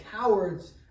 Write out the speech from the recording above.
cowards